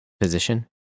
position